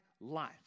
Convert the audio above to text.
life